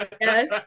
Yes